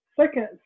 second